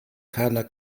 keiner